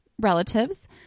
relatives